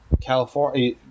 california